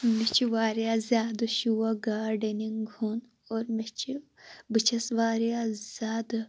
مےٚ چھِ واریاہ زیادٕ شوق گاڈنِنٛگ ہُنٛد اور مےٚ چھِ بہٕ چھَس واریاہ زیادٕ